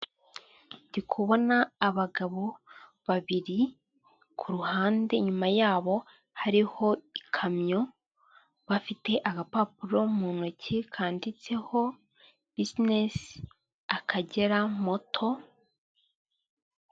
Ndi kubona abagabo babiri ku ruhande inyuma yabo, hariho ikamyo bafite agapapuro mu ntoki kandiditseho bzinesi akagera moto.